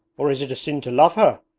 or is it a sin to love her?